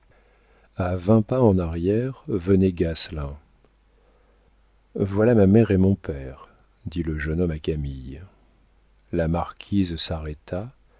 a vingt pas en arrière venait gasselin voilà ma mère et mon père dit le jeune homme à camille la marquise s'arrêta